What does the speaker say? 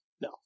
No